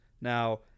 Now